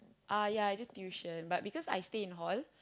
uh ya I do tuition but because I stay in hall